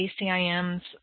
ACIM's